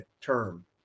term